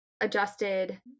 adjusted